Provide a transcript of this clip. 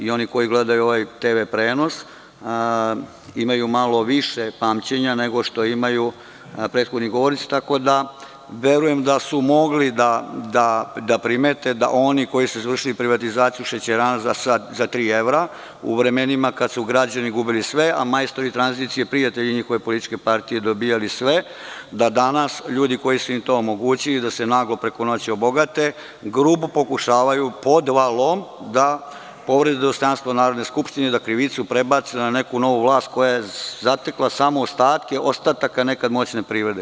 Oni koji gledaju ovaj TV prenos imaju malo više pamćenja nego što imaju prethodni govornici, tako da verujem da su mogli da primete da oni koji su izvršili privatizaciju šećerana za tri evra u vremenima kada su građani gubili sve, a majstori tranzicije, prijatelji njihove političke partije dobijali sve, da danas ljudi koji su im to omogućili, da se naglo preko noći obogate, grubo pokušavaju podvalom da povrede dostojanstvo Narodne skupštine i da krivicu prebace na neku novu vlast, koja je zatekla samo ostatke ostataka nekad moćne privrede.